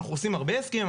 אנחנו עושים הרבה הסכמים,